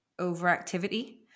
overactivity